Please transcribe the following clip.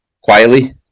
quietly